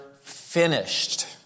finished